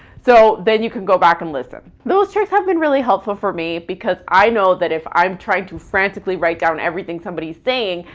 so then you can go back and listen. those tricks have been really helpful for me because i know that if i'm trying to frantically write down everything somebody's saying,